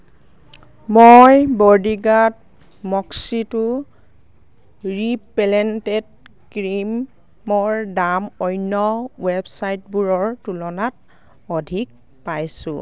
মই bodyguard mosquito ৰিপেলেণ্টত ক্ৰীমৰ দাম অন্য ৱেবছাইটবোৰৰ তুলনাত অধিক পাইছোঁ